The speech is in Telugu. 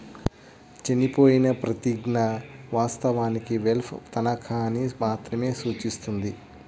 చనిపోయిన ప్రతిజ్ఞ, వాస్తవానికి వెల్ష్ తనఖాని మాత్రమే సూచిస్తుంది